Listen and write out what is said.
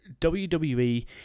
WWE